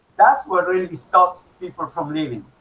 that's what really stops people from leaving